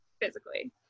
physically